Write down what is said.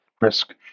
risk